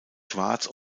schwarz